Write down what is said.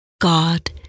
God